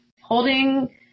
holding –